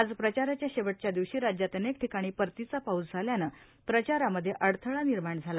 आज प्रचाराच्या वेवटच्या दिवशी राज्यात अनेक ठिकाणी परतीचा पाऊस झाल्यानं प्रचारामध्ये अडथळा निर्माण झाला